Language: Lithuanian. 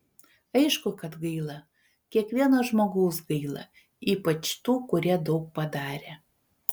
aišku kad gaila kiekvieno žmogaus gaila ypač tų kurie daug padarė